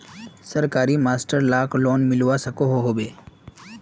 सरकारी मास्टर लाक लोन मिलवा सकोहो होबे?